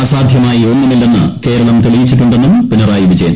അസാധ്യമായി ഒന്നുമില്ലെന്ന് കേരളം തെളിയിച്ചിട്ടുണ്ടെന്നും പിണറായി വിജയൻ